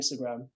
Instagram